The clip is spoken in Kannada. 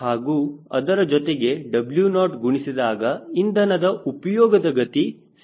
ಹಾಗೂ ಅದರ ಜೊತೆಗೆ W0 ಗುಣಿಸಿದಾಗ ಇಂಧನದ ಉಪಯೋಗದ ಗತಿ ಸಿಗುತ್ತದೆ